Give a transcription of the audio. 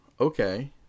Okay